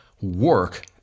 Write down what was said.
work